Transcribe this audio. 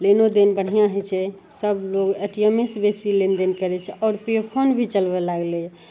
लेनोदेन बढ़िआँ होइ छै सभलोक ए टी एम से लेनदेन करै छै आओर पे फोन भी चलबै लागलैए